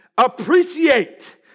appreciate